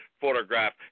photograph